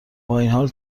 بااینحال